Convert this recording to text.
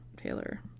Taylor